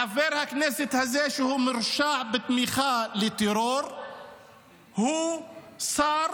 חבר הכנסת הזה שהורשע בתמיכה בטרור הוא שר